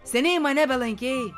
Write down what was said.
seniai mane belankei